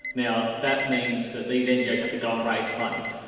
now that means that these ngos have to go and raise funds.